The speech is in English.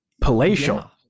palatial